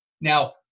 Now